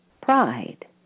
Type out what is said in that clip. pride